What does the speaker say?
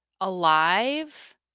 alive